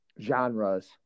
genres